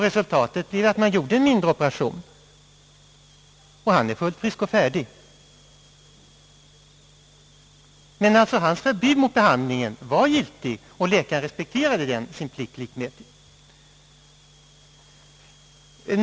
Resultatet blev att man utförde en mindre operation, och min kollega blev fullt frisk och färdig. Hans förbud mot den tänkta behandlingen var giltigt, och läkaren respekterade pliktenligt detta.